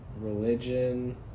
religion